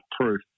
proof